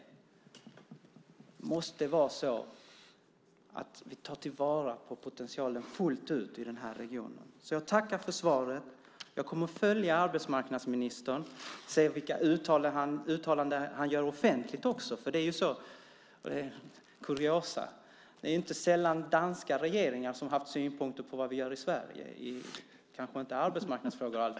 Det måste vara så att vi tar till vara potentialen fullt ut i regionen. Jag tackar för svaret. Jag kommer att följa arbetsmarknadsministern och se vilka uttalanden han gör offentligt. Lite kuriosa: Det är inte sällan danska regeringar som haft synpunkter på vad vi gör i Sverige, dock kanske inte alltid i arbetsmarknadsfrågor.